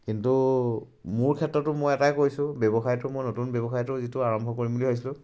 কিন্তু মোৰ ক্ষেত্ৰতো মই এটাই কৈছোঁ ব্যৱসায়টো মই নতুন ব্যৱসায়টো যিটো আৰম্ভ কৰিম বুলি ভাবিছিলোঁ